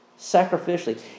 sacrificially